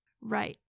right